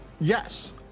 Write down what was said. Yes